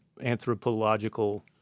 anthropological